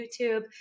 YouTube